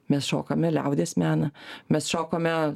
mes šokame liaudies meną mes šokame